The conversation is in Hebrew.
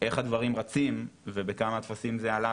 איך הדברים רצים ובכמה טפסים זה עלה